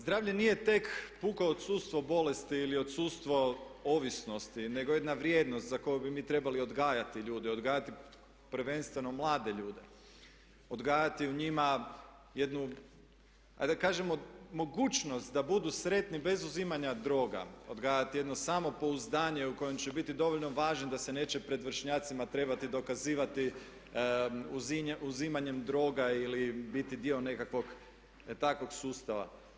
Zdravlje nije tek puko odsustvo bolesti ili odsustvo ovisnosti nego jedna vrijednost za koju bi mi trebali odgajati ljude, odgajati prvenstveno mlade ljude, odgajati u njima jednu ajde da kažemo mogućnost da budu sretni bez uzimanja droga, odgajati jedno samopouzdanje u kojem će biti dovoljno važni da se neće pred vršnjacima trebati dokazivati uzimanjem droga ili biti dio nekakvog takvog sustava.